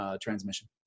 transmission